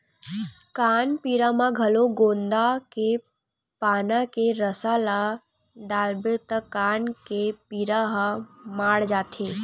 कान पीरा म घलो गोंदा के पाना के रसा ल डालबे त कान के पीरा ह माड़ जाथे